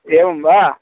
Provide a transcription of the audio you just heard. एवं वा